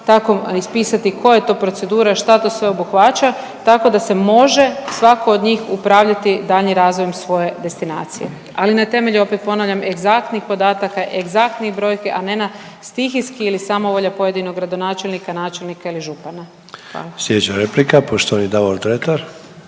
ispisati koja je to procedura, šta to sve obuhvaća. Tako da se može svatko od njih upravljati daljnjim razvojem svoje destinacije, ali na temelju opet ponavlja, egzaktnih podataka, egzaktnih brojki, a ne na stihijski ili samovolja pojedinog gradonačelnika, načelnika ili župana. Hvala. **Sanader, Ante (HDZ)** Slijedeća replika, poštovani Davor Dretar.